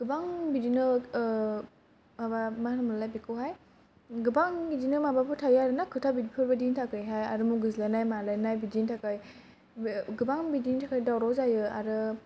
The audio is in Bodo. गोबां बिदिनो माबा मा होनोमोनलाय बिखौ हाय गोबां इदिनो माबाफोर थायो आरो ना खोथा बिदिफोरनि थाखाय हाय आरो मुगैज्लायनाय मालायनाय बिदिनि थाखाय गोबां बिदिनि थाखाय दावराव जायो आरो